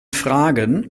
fragen